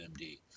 md